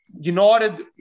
United